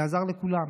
זה עזר לכולם,